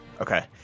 Okay